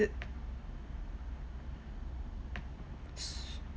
is it s~